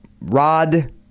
Rod